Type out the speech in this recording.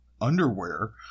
underwear